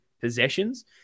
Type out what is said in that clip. possessions